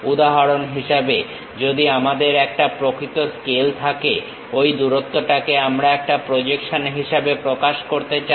উদাহরণ হিসেবে যদি আমাদের একটা প্রকৃত স্কেল থাকে ঐ দূরত্বটাকে আমরা একটা প্রজেকশন হিসেবে প্রকাশ করতে চাই